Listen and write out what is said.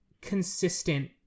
consistent